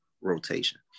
rotation